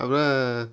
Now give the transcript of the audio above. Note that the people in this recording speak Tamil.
அப்பறம்